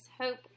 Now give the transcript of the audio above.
hope